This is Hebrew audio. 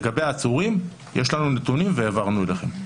לגבי העצורים, יש לנו נתונים והעברנו אליכם.